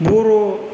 बर'